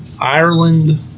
Ireland